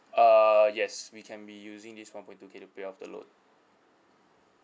uh yes we can be using this one point two K to pay off the loan